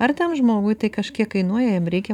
ar tam žmogui tai kažkiek kainuoja jam reikia